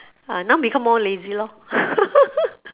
ah now become more lazy lor